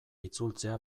itzultzea